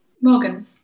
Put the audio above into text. Morgan